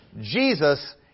Jesus